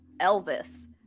Elvis